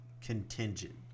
contingent